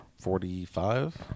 Forty-five